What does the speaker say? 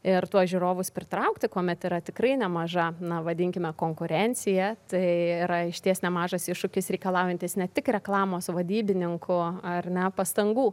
ir tuos žiūrovus pritraukti kuomet yra tikrai nemaža na vadinkime konkurencija tai yra išties nemažas iššūkis reikalaujantis ne tik reklamos vadybininkų ar ne pastangų